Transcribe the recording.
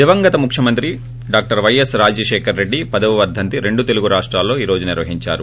దివంగత ముఖ్యమంత్రి doctor YS Rajasekhara Reddy పదవ వర్గంతి రెండు తెలుగు రాష్టాల్లో ఈ రోజు నిర్వహించారు